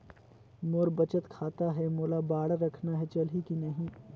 मोर बचत खाता है मोला बांड रखना है चलही की नहीं?